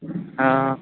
हँ